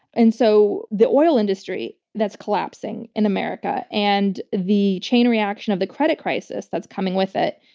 and so the oil industry that's collapsing in america and the chain reaction of the credit crisis that's coming with it,